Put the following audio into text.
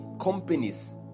companies